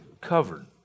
covered